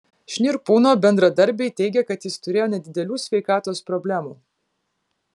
šnirpūno bendradarbiai teigė kad jis turėjo nedidelių sveikatos problemų